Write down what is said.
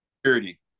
security